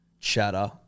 chatter